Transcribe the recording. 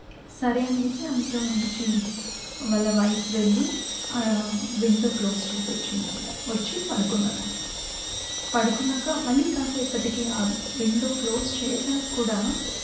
సరే అనేసి అందులో నుంచి వాళ్ళ వైఫ్ వెళ్ళి విండో క్లోజ్ చేసొచ్చిందంట వచ్చి పడుకున్నారంట పడుకున్నాక మళ్ళీ కాసేపటికి ఆ విండో క్లోజ్ చేసాక్కూడా